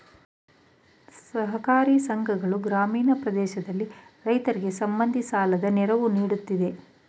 ಸಹಕಾರಿ ಸಂಘಗಳು ಗ್ರಾಮೀಣ ಪ್ರದೇಶದಲ್ಲಿ ರೈತರಿಗೆ ಕೃಷಿ ಸಂಬಂಧಿ ಸಾಲದ ನೆರವು ನೀಡುತ್ತಿದೆ